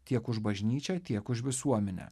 tiek už bažnyčią tiek už visuomenę